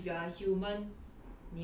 err if you are human